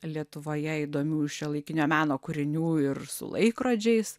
lietuvoje įdomių šiuolaikinio meno kūrinių ir su laikrodžiais